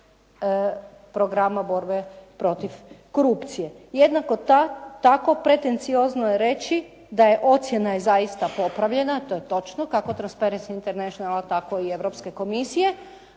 programa borbe protiv korupcije. Jednako tako, pretenciozno je reći da je ocjena zaista popravljena, to je točno kako Transparency Internationala tako i Europske komisije